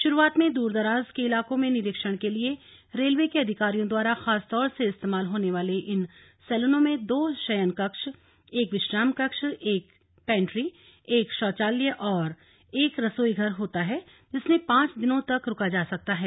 शुरुआत में दूरदराज के इलाकों में निरीक्षण के लिए रेलवे के अधिकारियों द्वारा खासतौर से इस्तेमाल होने वाले इन सैलूनों में दो शयनकक्ष एक विश्राम कक्ष एक पैंट्री एक शौचालय और एक रसोईघर होता है जिसमें पांच दिनों तक रुका जा सकता है